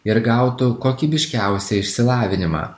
ir gautų kokybiškiausią išsilavinimą